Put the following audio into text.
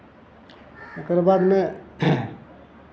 ओकर बादमे